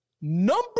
number